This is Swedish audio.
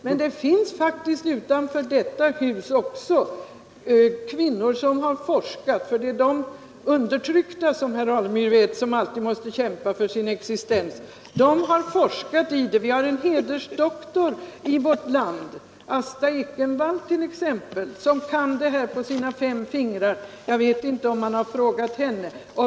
Men det finns utanför detta hus faktiskt också kvinnor som har forskat i detta — det är ju, som herr Alemyr vet, de undertryckta som alltid måste kämpa för sin existens. Vi har t.ex. en hedersdoktor i detta ämne i vårt land — Asta Ekenvall — som kan det här ämnet på sina fem fingrar. Jag vet inte om man har frågat henne.